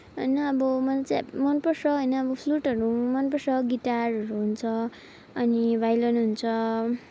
होइन अब मलाई चाहिँ मनपर्छ होइन अब फ्लुटहरू मनपर्छ गिटारहरू हुन्छ अनि भायोलिन हुन्छ